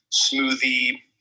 smoothie